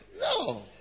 no